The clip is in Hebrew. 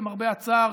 למרבה הצער,